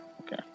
okay